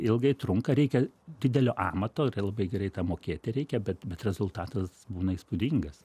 ilgai trunka reikia didelio amato labai gerai tą mokėti reikia bet bet rezultatas būna įspūdingas